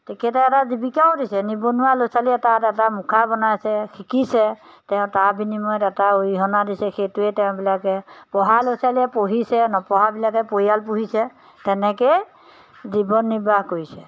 তেখেতে এটা জীৱিকাও দিছে নিবনুৱা ল'ৰা ছোৱালীয়ে তাত এটা মুখা বনাইছে শিকিছে তেওঁ তাৰ বিনিময়ত এটা অৰিহণা দিছে সেইটোৱে তেওঁবিলাকে পঢ়া ল'ৰা ছোৱালীয়ে পঢ়িছে নপঢ়াবিলাকে পৰিয়াল পুহিছে তেনেকেই জীৱন নিৰ্বাহ কৰিছে